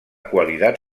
cualidad